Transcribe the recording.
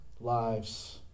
lives